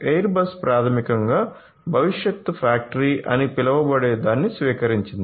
Airbus ప్రాథమికంగా భవిష్యత్ factory అని పిలువబడేదాన్ని స్వీకరించింది